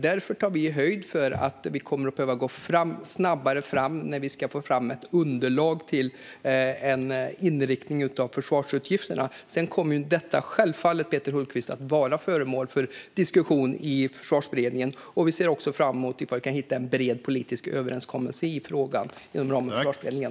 Därför tar vi höjd för att vi kommer att behöva gå snabbare fram när vi ska få fram ett underlag till en inriktning av försvarsutgifterna. Sedan kommer detta självfallet, Peter Hultqvist, att vara föremål för diskussion i Försvarsberedningen. Vi ser fram emot att kunna hitta en bred politisk överenskommelse i frågan inom ramen för Försvarsberedningen.